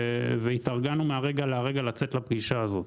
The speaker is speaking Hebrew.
התארגנו מהרגע להרגע לצאת לפגישה הזאת.